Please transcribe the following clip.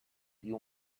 you